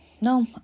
no